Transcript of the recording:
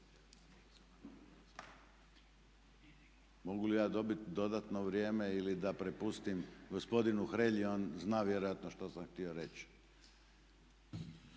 Mogu li ja dobiti dodatno vrijeme ili da prepustim gospodinu Hrelji on zna vjerojatno što sam htio reći?